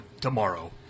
tomorrow